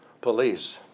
police